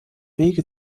wege